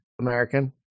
American